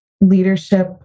leadership